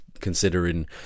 considering